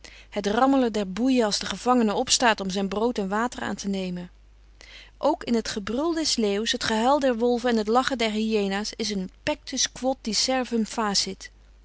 het rammelen der boeien als de gevangene opstaat om zijn brood en water aan te nemen ook in het gebrul des leeuws het gehuil der wolven en het lachen der hyena's is een pectus quod diserfum facit